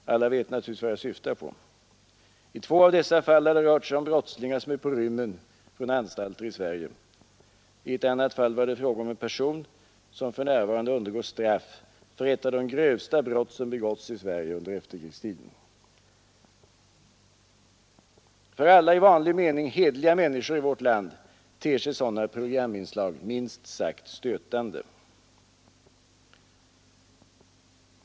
Alla vet naturligtvis vilka fall jag åsyftar. I två av dessa fall har det rört sig om brottslingar som är på rymmen från anstalter i Sverige. I ett annat fall var det fråga om en person som för närvarande undergår straff för ett av de grövsta brott som begåtts i Sverige under efterkrigstiden. För alla i vanlig mening hederliga människor i vårt land ter sig sådana programinslag minst sagt stötande.